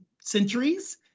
centuries